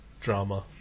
drama